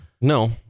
no